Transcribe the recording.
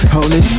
Holy